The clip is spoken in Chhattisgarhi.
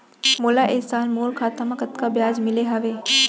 मोला ए साल मोर खाता म कतका ब्याज मिले हवये?